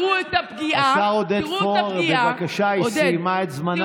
השר עודד פורר, בבקשה, היא סיימה את זמנה.